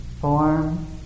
Form